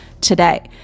today